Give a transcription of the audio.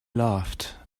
laughed